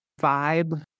vibe